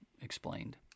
explained